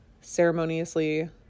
ceremoniously